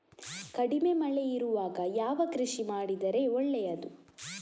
ಕಡಿಮೆ ಮಳೆ ಇರುವಾಗ ಯಾವ ಕೃಷಿ ಮಾಡಿದರೆ ಒಳ್ಳೆಯದು?